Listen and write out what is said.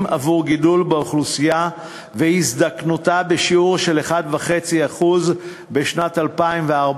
תוספת עבור גידול האוכלוסייה והזדקנותה בשיעור של 1.5% בשנת 2014,